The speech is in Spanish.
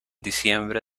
diciembre